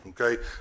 Okay